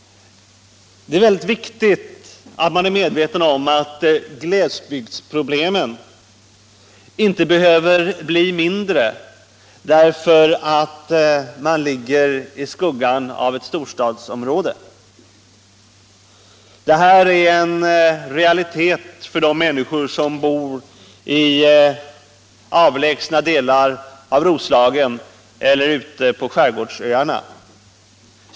Det är viktigt att man är medveten om att glesbygdsproblemen inte behöver bli mindre därför att orten ligger i skuggan av ett storstadsområde. Detta är en realitet för de människor som bor i avlägsna delar av Roslagen eller ute på skärgårdsöarna.